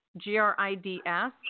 G-R-I-D-S